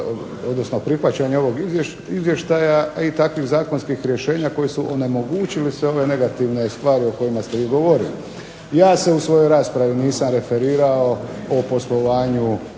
odnosno prihvaćanje ovog izvještaja, a i takvih zakonskih rješenja koji su onemogućili sve ove negativne stvari o kojima ste vi govorili. Ja se u svojoj raspravi nisam referirao o poslovanju